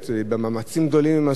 מאמצים גדולים הם עשו,